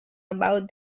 about